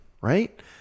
right